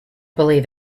believe